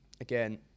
Again